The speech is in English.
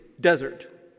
desert